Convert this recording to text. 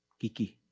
kiki.